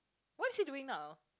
what's he doing now